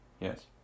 yes